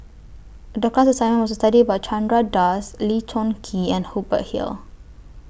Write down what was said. The class assignment was to study about Chandra Das Lee Choon Kee and Hubert Hill